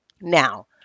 Now